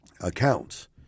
accounts